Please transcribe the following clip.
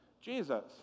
Jesus